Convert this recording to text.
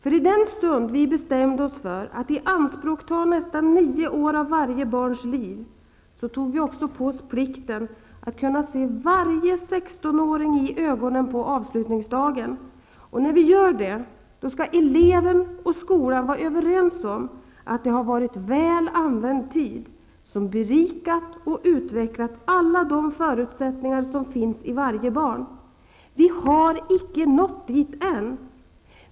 I den stund vi bestämde oss för att i anspråk ta nästan nio år av varje barns liv, tog vi också på oss plikten att kunna se varje sextonåring i ögonen på avslutningsdagen. När vi gör det, skall eleven och skolan vara överens om att det har varit väl använd tid som berikat och utvecklat alla de förutsättningar som finns i varje barn. Vi har icke nått dit än!